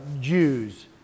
Jews